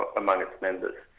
among its members.